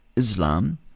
Islam